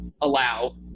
allow